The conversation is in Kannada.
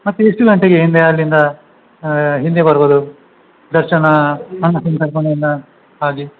ಮತ್ತು ಎಷ್ಟು ಗಂಟೆಗೆ ಹಿಂದೆ ಅಲ್ಲಿಂದ ಹಿಂದೆ ಬರ್ಬೋದು ದರ್ಶನ ಎಲ್ಲ ಆಗಿ